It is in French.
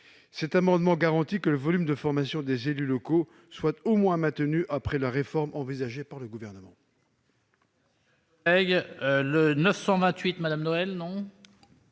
cet amendement garantit que le volume de formation des élus locaux soit au moins maintenu après la réforme envisagée par le Gouvernement. L'amendement n°